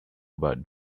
about